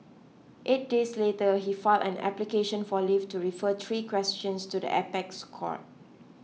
eight days later he filed an application for leave to refer three questions to the apex court